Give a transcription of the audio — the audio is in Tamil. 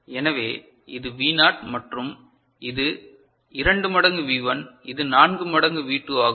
எனவே இது வி0 மற்றும் இது 2 மடங்கு வி 1 இது 4 மடங்கு வி 2 ஆகும்